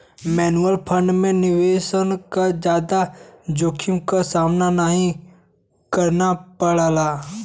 mutual fund में निवेशक को जादा जोखिम क सामना नाहीं करना पड़ला